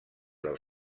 del